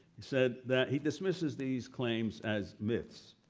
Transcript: said that he dismisses these claims as myths.